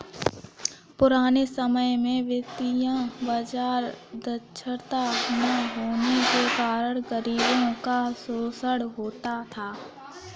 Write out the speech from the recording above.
पुराने समय में वित्तीय बाजार दक्षता न होने के कारण गरीबों का शोषण होता था